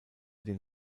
den